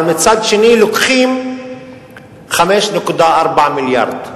אבל מצד שני לוקחים 5.4 מיליארד.